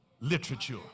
literature